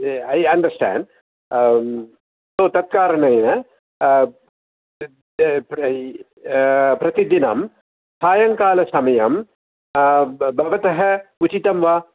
I understand तत्कारणेन the the प्रय् प्रतिदिनं सायङ्कालसमयं भवतः उचितं वा